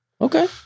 okay